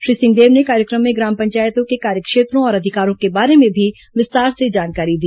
श्री सिंहदेव ने कार्यक्रम में ग्राम पंचायतों के कार्य क्षेत्रों और अधिकारों के बारे में भी विस्तार से जानकारी दी